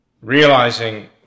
realizing